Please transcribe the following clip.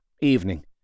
evening